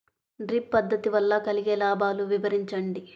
Drip పద్దతి వల్ల కలిగే లాభాలు వివరించండి?